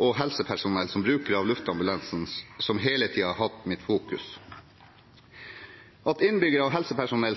og helsepersonell, som brukere av luftambulansen,